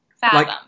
fathom